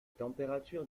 températures